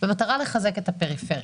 במטרה לחזק את הפריפריה.